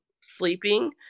sleeping